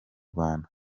rwanda